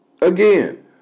Again